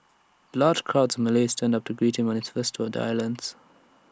large crowds of Malays turned up to greet him on his first tour of islands